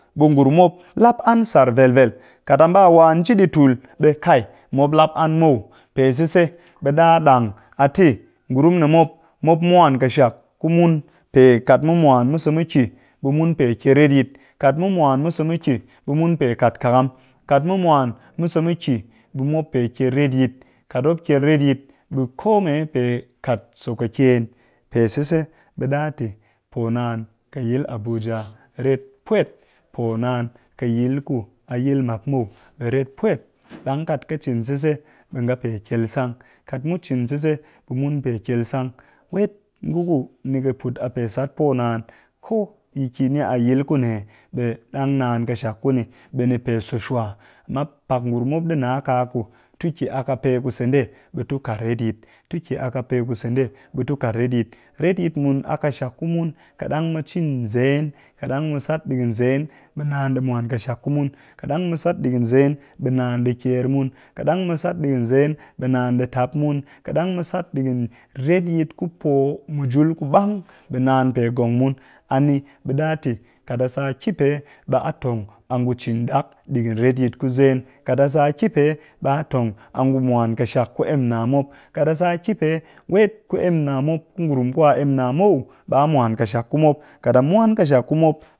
Ɓe ngurum mop lap an sar vel-vel kat a mba a nji ɗii tul ɓe kai ɓe moplap an muw, pe sise, ɓe ɗa ɗang a te ngurum ni mop mop mwan ƙɨshak ku mun pe kat mu mwan mu sa mu ki ɓe mun pe kyel retyit, kat mu mwan mu sa mu ki ɓe mun pe kat kakam, kat mu mwan mu sa mu ki ɓe mop pe kyel retyit, kat mop kyel retyit ɓe ko mee pe kat so kakyen, pe sise ɓe ɗa te poo naan ƙɨ yil abuja ret pwet, poo naan ƙɨ yil ku a yil mak muw ret pwet ɗang kat ka cin sise, ɓe nga pe kyel sang kat mu cin siseɓe mun pe kyel sang, wet ngu ku ni ka put a pe sat poo naan ko yi ki ni a yil ku ne ɓe dang naan ƙɨshak ku ni ɓe ni pe so shwa ma pak nurum mop ɗi nna. kaku tu ki a ƙɨ pe ku se ndee ɓe tu kaat retyit tu ki a ƙɨ pe ku se ndee ɓe tu kat retyit, retyit mun a ƙɨshak ku mun kat ɗang mu cin zen kat ɗang mu sat ɗigin zen ɓe naan ɗi mwan ƙɨshak ku mun kat ɗang mu sat ɗigin zen ɓe naan ɗi kyer mun, kat ɗang mu sat ɗigin zen ɓe naan ɗi tap mun, kat ɗang mu sat ɗigin retyit ku po mujul ku ɓang, ɓe naan pe ngong mun, a ni ɓe ɗa te kat a sa a ki pe ɓa tong a ngu cin ɗak ɗigin retyit ku zen, kat a sa a ki pe ɓa tong a ngu mwan ƙɨshak ku emna mop, kat a sa a ki pe wet ku emna mop ku ngurum ku mop a emna muw ɓe a mwan ƙɨshak ku mop, kat a mwan ƙɨshak kumop